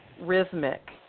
rhythmic